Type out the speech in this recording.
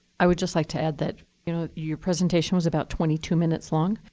i would just like to add that you know your presentation was about twenty two minutes long.